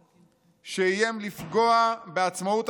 שאיים לפגוע בעצמאות המערכת,